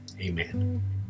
amen